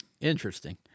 Interesting